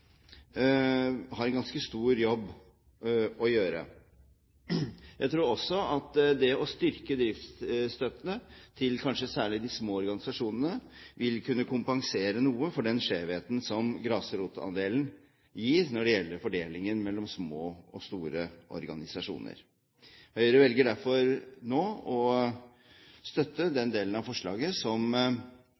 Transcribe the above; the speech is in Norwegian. har en ganske stor jobb å gjøre. Jeg tror også at det å styrke driftsstøtten til kanskje særlig de små organisasjonene, vil kunne kompensere noe for den skjevheten som grasrotandelen gir når det gjelder fordelingen mellom små og store organisasjoner. Høyre velger derfor nå å støtte den delen av forslaget som